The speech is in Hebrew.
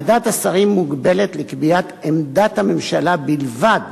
ועדת השרים מוגבלת לקביעת עמדת הממשלה בלבד